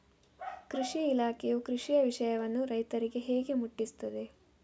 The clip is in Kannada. ಕೃಷಿ ಇಲಾಖೆಯು ಕೃಷಿಯ ವಿಷಯವನ್ನು ರೈತರಿಗೆ ಹೇಗೆ ಮುಟ್ಟಿಸ್ತದೆ?